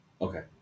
okay